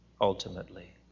ultimately